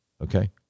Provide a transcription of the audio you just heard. Okay